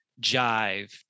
jive